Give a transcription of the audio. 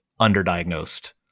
underdiagnosed